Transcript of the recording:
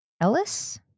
Ellis